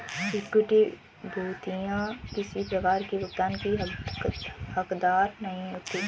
equity प्रभूतियाँ किसी प्रकार की भुगतान की हकदार नहीं होती